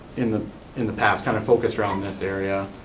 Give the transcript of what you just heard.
in the in the past. kind of focus around this area.